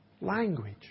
language